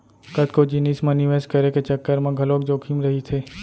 कतको जिनिस म निवेस करे के चक्कर म घलोक जोखिम रहिथे